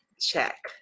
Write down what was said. check